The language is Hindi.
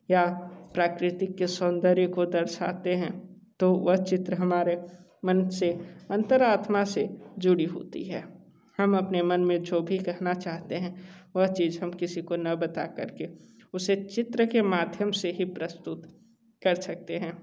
या प्राकृतिक के सौंदर्य को दर्शाते हैं तो वह चित्र हमारे मन से अंतरात्मा से जुड़ी होती है हम अपने मन में जो भी कहना चाहते हैं वह चीज़ हम किसी को ना बात कर के उसे चित्र के माध्यम से ही प्रस्तुत कर सकते हैं